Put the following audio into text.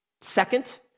Second